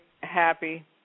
happy